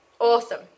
awesome